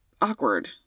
awkward